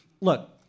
Look